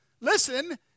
listen